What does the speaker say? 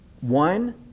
One